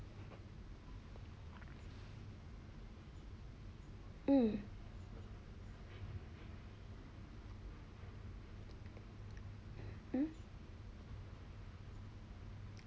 mm mm